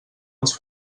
els